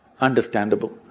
understandable